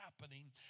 happening